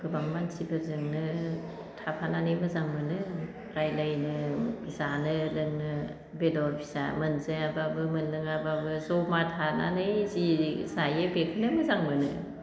गोबां मानसिफोरजोंनो थाफानानै मोजां मोनो रायज्लायनो जानो लोंनो बेदर फिसा मोनजायाब्लाबो मोनलोङाब्लाबो जमा थानानै जि जायो बेखौनो मोजां मोनो